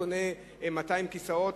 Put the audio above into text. שקונה 200 כיסאות.